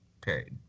Period